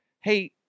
Hey